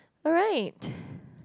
alright